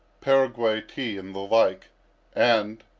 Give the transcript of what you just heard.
paraguay tea and the like and,